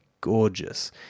Gorgeous